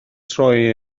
troi